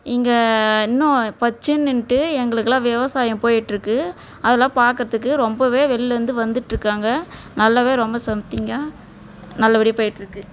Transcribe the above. இங்கே இன்னும் பச்சனுன்ட்டு எங்களுக்கெலாம் விவசாயம் போய்கிட்டு இருக்குது அதெல்லாம் பார்க்குறதுக்கு ரொம்பவே வெளிலேருந்து வந்துட்டு இருக்காங்க நல்லாவே ரொம்ப சம்திங்காக நல்லபடியாக போய்கிட்டு இருக்குது